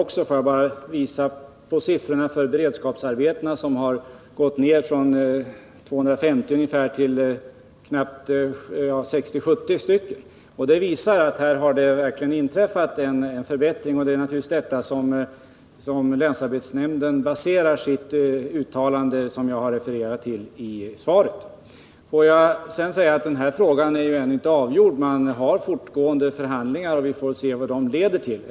Jag vill bara hänvisa till att siffrorna för beredskapsarbetena har gått ner från ungefär 250 till 60-70. Det visar att en förbättring har inträffat, och det är naturligtvis på denna förbättring som länsarbetsnämnden baserar sitt uttalande, som jag har refererat till i svaret. Får jag sedan säga att den här frågan ännu inte är avgjord. Man har fortfarande förhandlingar, och vi får se vad de leder till.